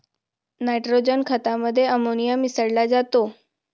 nitrogen खतामध्ये ammonia मिसळा जातो